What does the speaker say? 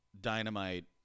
dynamite